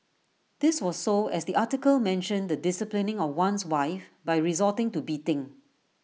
this was so as the article mentioned the disciplining of one's wife by resorting to beating